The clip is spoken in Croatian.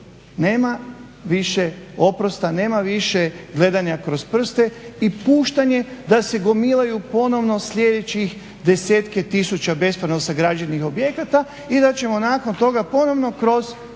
nema više oprosta, nema više gledanja kroz prste i puštanje da se gomilaju sljedećih desetke tisuća bespravno sagrađenih objekata i da ćemo nakon toga ponovno kroz 5,